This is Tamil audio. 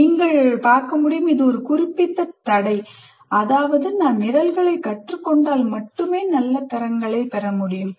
நீங்கள் பார்க்க முடியும் இது ஒரு குறிப்பிடத்தக்க தடை அதாவது நான் நிரல்களை கற்றுக்கொண்டால் மட்டுமே நல்ல தரங்களைப் பெற முடியும்